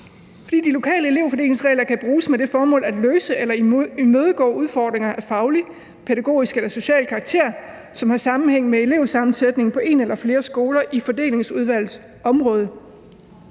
fordi de lokale elevfordelingsregler kan bruges med det formål at løse eller imødegå udfordringer af faglig, pædagogisk eller social karakter, som har sammenhæng med elevsammensætningen på en eller flere skoler i fordelingsudvalgets område.